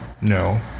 No